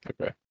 okay